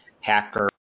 hacker